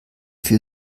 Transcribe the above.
für